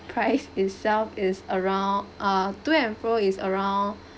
price itself is around uh to and fro is around